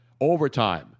overtime